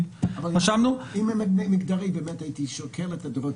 אם ממקמים "מגדרי" הייתי שוקל את הדורות